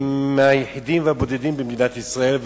הם היחידים והבודדים במדינת ישראל,